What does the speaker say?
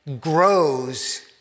grows